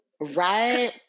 right